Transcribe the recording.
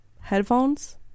headphones